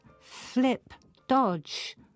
flip-dodge